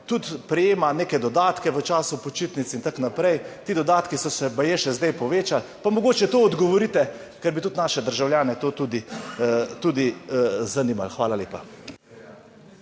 tudi prejema neke dodatke v času počitnic in tako naprej. Ti dodatki so se baje še zdaj povečali, pa mogoče to odgovorite, ker bi tudi naše državljane to tudi zanimalo. Hvala lepa.